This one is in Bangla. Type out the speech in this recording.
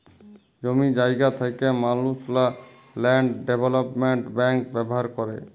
জমি জায়গা থ্যাকা মালুসলা ল্যান্ড ডেভলোপমেল্ট ব্যাংক ব্যাভার ক্যরে